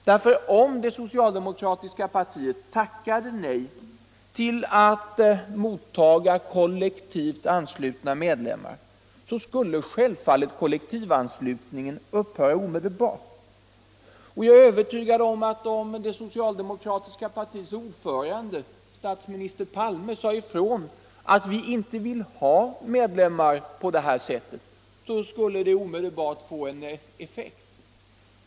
gäller RON Om det socialdemokratiska partiet tackade nej till att mottaga kollektivt — Frioch rättigheter i anslutna medlemmar skulle självfallet kollektivanslutningen upphöra = grundlag omedelbart. Jag är övertygad om att ifall det socialdemokratiska partiets ordförande, statsminister Palme, sade ifrån att man inte vill ha medlemmar på det här sättet så skulle det omedelbart få effekt.